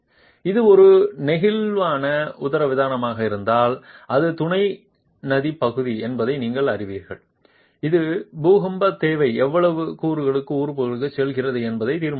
இது ஒரு நெகிழ்வான உதரவிதானமாக இருந்தால் அது துணை நதி பகுதி என்பதை நீங்கள் அறிவீர்கள் இது பூகம்ப தேவை எவ்வளவு கூறுக்கு உறுப்புக்குச் செல்கிறது என்பதை தீர்மானிக்கிறது